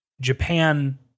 Japan